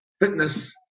fitness